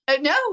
no